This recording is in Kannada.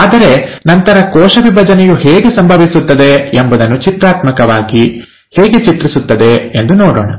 ಆದರೆ ನಂತರ ಕೋಶ ವಿಭಜನೆಯು ಹೇಗೆ ಸಂಭವಿಸುತ್ತದೆ ಎಂಬುದನ್ನು ಚಿತ್ರಾತ್ಮಕವಾಗಿ ಹೇಗೆ ಚಿತ್ರಿಸುತ್ತದೆ ಎಂದು ನೋಡೋಣ